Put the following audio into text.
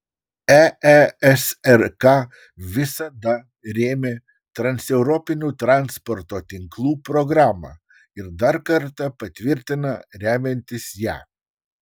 eesrk visada rėmė transeuropinių transporto tinklų programą ir dar kartą patvirtina remiantis ją